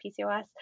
PCOS